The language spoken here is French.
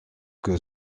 que